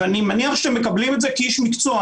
אני מניח שהם מקבלים את זה כאיש מקצוע,